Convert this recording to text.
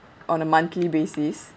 on a monthly basis